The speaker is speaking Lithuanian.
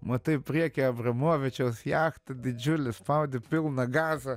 matai prieky abramovičiaus jachtą didžiulį spaudi pilną gazą